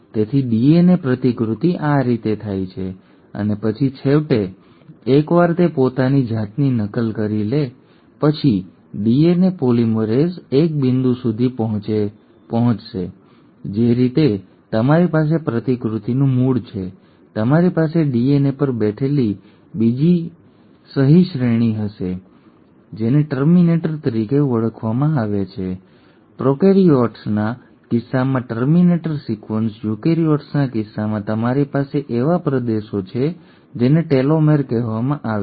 તેથી ડીએનએ પ્રતિકૃતિ આ રીતે થાય છે અને પછી છેવટે એકવાર તે પોતાની જાતની નકલ કરી લે પછી ડીએનએ પોલિમરેઝ એક બિંદુ સુધી પહોંચશે જે રીતે તમારી પાસે પ્રતિકૃતિનું મૂળ છે તમારી પાસે ડીએનએ પર બેઠેલી બીજી સહી શ્રેણી હશે જેને ટર્મિનેટર તરીકે ઓળખવામાં આવે છે પ્રોકેરિઓટ્સના કિસ્સામાં ટર્મિનેટર સિક્વન્સ યુકેરીયોટ્સના કિસ્સામાં તમારી પાસે એવા પ્રદેશો છે જેને ટેલોમેર કહેવામાં આવે છે